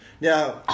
Now